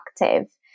active